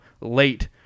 late